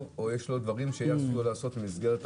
או יש לו דברים שהוא יכול לעשות במסגרת תקנות.